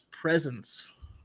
presence